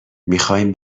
میخایم